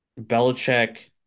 Belichick